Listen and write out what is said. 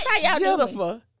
Jennifer